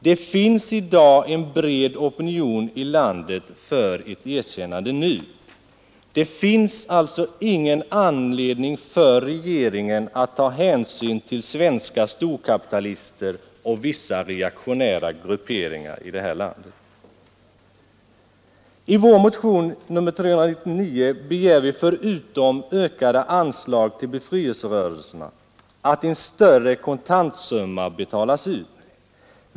Det finns i dag en bred opinion i landet för ett erkännande nu. Det är alltså ingen anledning för regeringen att ta hänsyn till svenska storkapitalister och vissa reaktionära grupperingar i det här landet. I vår motion nr 399 begär vi förutom ökade anslag till befrielserörelserna att en större kontantsumma betalas ut.